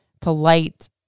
polite